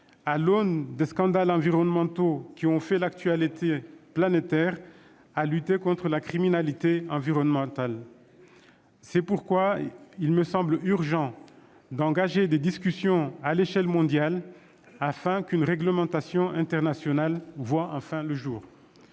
à l'aune des scandales environnementaux qui ont fait l'actualité planétaire, à lutter contre la criminalité environnementale. C'est pourquoi il me semble urgent d'engager des discussions à l'échelle mondiale afin qu'une réglementation internationale voie enfin le jour.